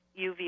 UV